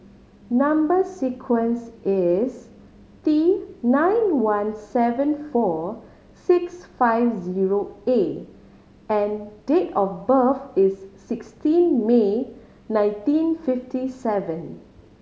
number sequence is T nine one seven four six five zero A and date of birth is sixteen May nineteen fifty seven